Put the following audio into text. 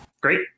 great